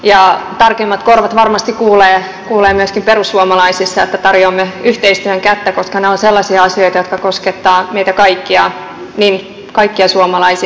tarkemmat korvat varmasti kuulevat myöskin perussuomalaisissa että tarjoamme yhteistyön kättä koska nämä ovat sellaisia asioita jotka koskettavat meitä kaikkia suomalaisia